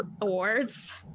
awards